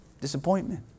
disappointment